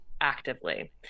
actively